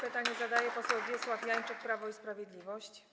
Pytanie zadaje poseł Wiesław Janczyk, Prawo i Sprawiedliwość.